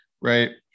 Right